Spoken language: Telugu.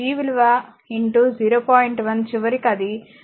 1 చివరికి అది 1000 వాట్ అవుతుంది